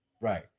right